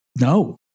no